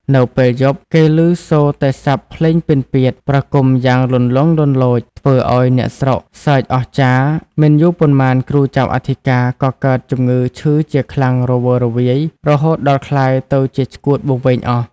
នៅពេល យប់ គេឮសូរតែសព្ទភ្លេងពិណពាទ្យប្រគំយ៉ាងលន្លង់លន្លោច ធ្វើឲ្យអ្នកស្រុកសើចអស្ចារ្យ មិនយូរប៉ុន្មានគ្រូចៅអធិការ ក៏កើតជំងឺឈឺជាខ្លាំងរវើរវាយ រហូតដល់ក្លាយទៅជាឆ្កួតវង្វេងអស់ ។